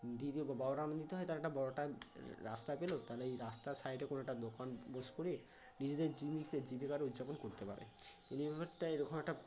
দ্বিতীয় বড়রা আনন্দিত হয় তার একটা বড়রা রাস্তা পেল তাহলে এই রাস্তার সাইডে কোনও একটা দোকান বোস করিয়ে নিজেদের জীবিকারও উদযাপন করতে পারে এই নিয়ে ব্যাপারটা এরকম একটা